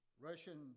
Russian